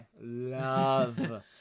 love